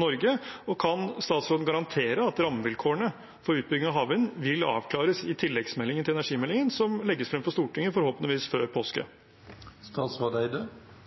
Norge? Og kan statsråden garantere at rammevilkårene for utbygging av havvind vil avklares i tilleggsmeldingen til energimeldingen som legges frem for Stortinget forhåpentligvis før påske?